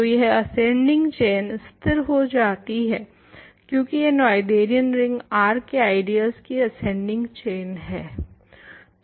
तो यह ascending chain स्थिर हो जाती है क्यूंकी यह नोएथेरियन रिंग R के आइडियल्स की असेंडिंग चैन है